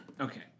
Okay